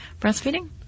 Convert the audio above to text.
breastfeeding